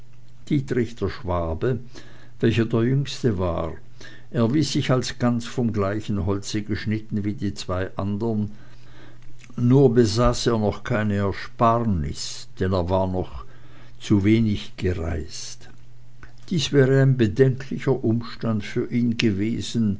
dietrich der schwabe welcher der jüngste war erwies sich als ganz vom gleichen holze geschnitten wie die zwei andern nur besaß er noch keine ersparnis denn er war noch zuwenig gereist dies wäre ein bedenklicher umstand für ihn gewesen